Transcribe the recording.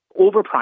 overpriced